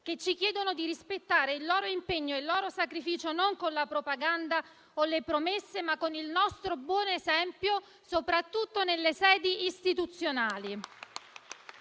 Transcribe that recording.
che ci chiedono di rispettare il loro impegno e il loro sacrificio, non con la propaganda o con le promesse, ma con il nostro buon esempio, soprattutto nelle sedi istituzionali.